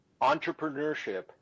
entrepreneurship